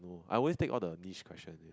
I always take all the niche questions